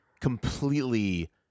completely